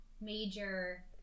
Major